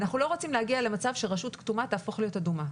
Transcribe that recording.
אנחנו לא רוצים להגיע למצב שרשות כתומה תהפוך להיות אדומה.